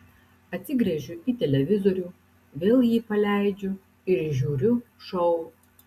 atsigręžiu į televizorių vėl jį paleidžiu ir žiūriu šou